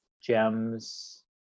gems